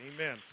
Amen